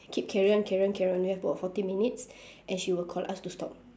keep carry on carry on carry on we have about forty minutes and she will call us to stop